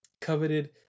coveted